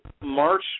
March